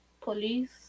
police